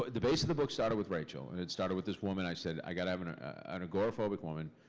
the base of the book started with rachel, and it started with this woman. i said, i got. i have and ah and agoraphobic woman.